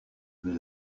vous